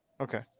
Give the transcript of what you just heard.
Okay